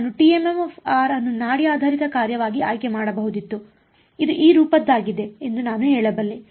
ನಾನು ಅನ್ನು ನಾಡಿ ಆಧಾರಿತ ಕಾರ್ಯವಾಗಿ ಆಯ್ಕೆ ಮಾಡಬಹುದಿತ್ತು ಇದು ಈ ರೂಪದದ್ದಾಗಿದೆ ಎಂದು ನಾನು ಹೇಳಬಲ್ಲೆ